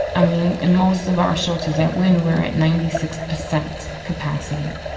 i mean, and most of our shelters at when we're at ninety six percent capacity.